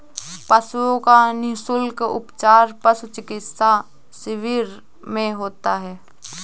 पशुओं का निःशुल्क उपचार पशु चिकित्सा शिविर में होता है